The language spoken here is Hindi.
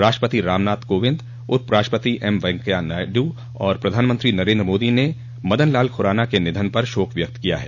राष्ट्रपति रामनाथ कोविंद उपराष्ट्रपति एमवैंकैया नायडू और प्रधानमंत्री नरेंद्र मोदी ने मदनलाल खुराना के निधन पर शोक व्यक्त किया है